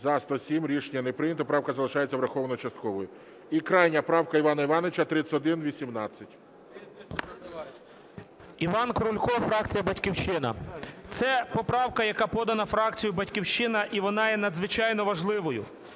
За-107 Рішення не прийнято. Правка залишається врахованою частково. І крайня правка Івана Івановича 3118. 13:45:08 КРУЛЬКО І.І. Іван Крулько, фракція "Батьківщина". Це поправка, яка подана фракцією "Батьківщина", і вона є надзвичайно важливою.